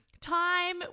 time